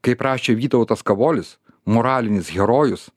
kaip rašė vytautas kavolis moralinis herojus